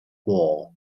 ball